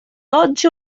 oggi